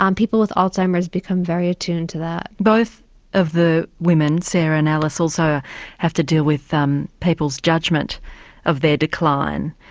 um people with alzheimer's become very attuned to that. both of the women, sarah and alice, also have to deal with people's judgement of their decline.